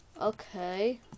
Okay